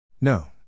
No